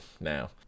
now